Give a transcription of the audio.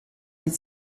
dai